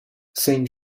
saint